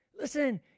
Listen